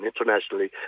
internationally